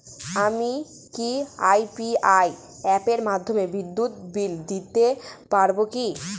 আমি কি ইউ.পি.আই অ্যাপের মাধ্যমে বিদ্যুৎ বিল দিতে পারবো কি?